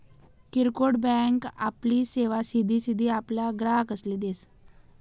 किरकोड बँक आपली सेवा सिधी सिधी आपला ग्राहकसले देस